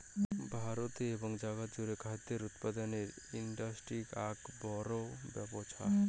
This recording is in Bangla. ভারতে এবং জাগাত জুড়ে খাদ্য উৎপাদনের ইন্ডাস্ট্রি আক বড় ব্যপছা